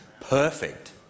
perfect